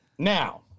Now